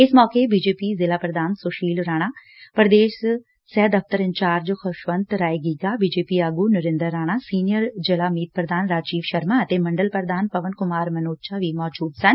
ਇਸ ਮੌਕੇ ਬੀਜੇਪੀ ਜ਼ਿਲੁਾ ਪ੍ਰਧਾਨ ਸੁਸ਼ੀਲ ਰਾਣਾ ਪ੍ਰਦੇਸ਼ ਸਹਿ ਦਫਤਰ ਇੰਚਾਰਜ ਖੁਸ਼ਵੰਤ ਰਾਏ ਗੀਗਾ ਬੀਜੇਪੀ ਆਗੂ ਨਰਿੰਦਰ ਰਾਣਾ ਸੀਨੀਅਰ ਜ਼ਿਲ੍ਹਾ ਮੀਤ ਪ੍ਧਾਨ ਰਾਜੀਵ ਸ਼ਰਮਾ ਅਤੇ ਮੰਡਲ ਪ੍ਧਾਨ ਪਵਨ ਕੁਮਾਰ ਮਨੋਚਾ ਵੀ ਮੌਜੂਦ ਸਨ